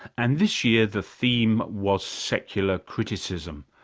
and this year the theme was secular criticism,